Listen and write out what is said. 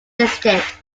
listed